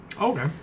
Okay